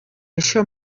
això